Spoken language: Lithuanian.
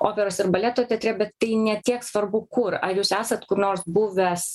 operos ir baleto teatre bet tai ne tiek svarbu kur ar jūs esat kur nors buvęs